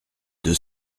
deux